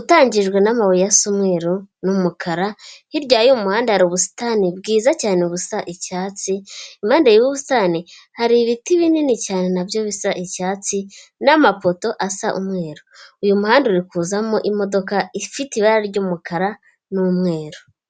utangijwe n'amabuye y'umweru n'umukara, hirya y'umuhanda hari ubusitani bwiza cyane busa icyatsi, impande y'ubusitani hari ibiti binini cyane nabyo bisa icyatsi, n'amapoto asa umweru, uyu muhanda uri kuzamo imodoka ifite ibara ry'umukara n'umweru.